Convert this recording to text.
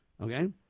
okay